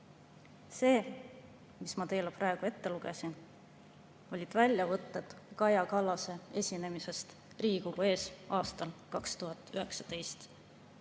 See, mis ma teile praegu ette lugesin, on väljavõtted Kaja Kallase esinemisest Riigikogu ees aastal 2019,